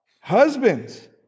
Husbands